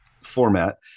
format